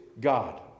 God